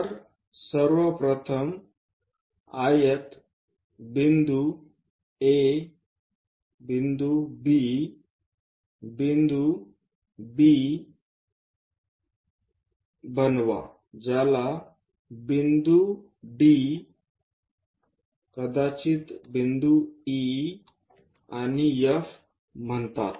तर सर्व प्रथम आयत बिंदू A बिंदू B बनवा ज्याला बिंदू D कदाचित E आणि F म्हणतात